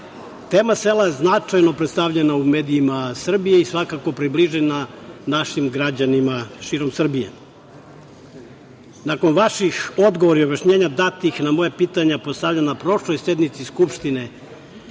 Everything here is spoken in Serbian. tema sela je značajno predstavljena u medijima Srbije i svakako približena našim građanima širom Srbije. Nakon vaših odgovora i objašnjenja datih na moja pitanja postavljena na prošloj sednici Skupštine